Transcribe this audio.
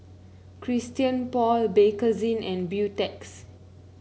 Christian Paul Bakerzin and Beautex